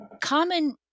common